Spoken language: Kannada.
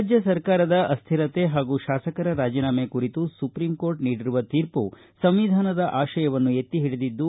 ರಾಜ್ಯ ಸರಕಾರದ ಅಸ್ವಿರತೆ ಹಾಗೂ ಶಾಸಕರ ರಾಜೀನಾಮೆ ಕುರಿತು ಸುಪ್ರಿಂ ಕೋರ್ಟ್ ನೀಡಿರುವ ತೀರ್ಪು ಸಂವಿಧಾನದ ಆಶಯವನ್ನು ಎತ್ತಿ ಹಿಡಿದಿದ್ದು